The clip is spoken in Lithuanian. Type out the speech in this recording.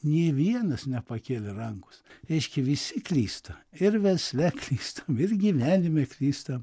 nė vienas nepakėlė rankos reiškia visi klysta ir versle klystam ir gyvenime klystam